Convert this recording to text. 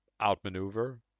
outmaneuver